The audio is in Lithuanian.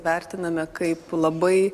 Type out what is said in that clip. vertiname kaip labai